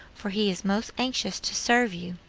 for he is most anxious to serve you.